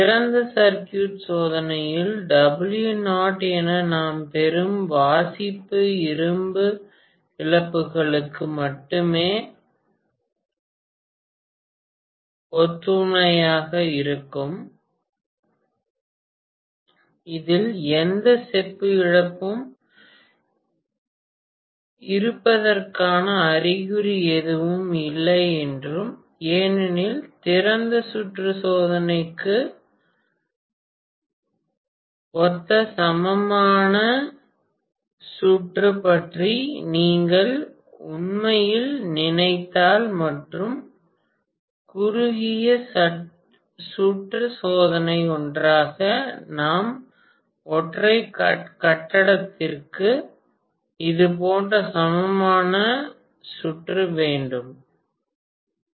திறந்த சர்க்யூட் சோதனையில் W0 என நாம் பெறும் வாசிப்பு இரும்பு இழப்புகளுக்கு மட்டுமே ஒத்திருக்கிறது என்றும் இதில் எந்த செப்பு இழப்பும் இருப்பதற்கான அறிகுறி எதுவும் இல்லை என்றும் ஏனெனில் திறந்த சுற்று சோதனைக்கு ஒத்த சமமான சுற்று பற்றி நீங்கள் உண்மையில் நினைத்தால் மற்றும் குறுகிய சுற்று சோதனை ஒன்றாக நான் ஒற்றை கட்டத்திற்கு இதுபோன்ற சமமான சுற்று வேண்டும் மின்மாற்றி